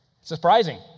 Surprising